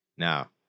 Now